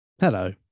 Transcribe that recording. Hello